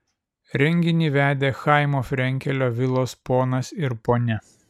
renginį vedė chaimo frenkelio vilos ponas ir ponia